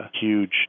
huge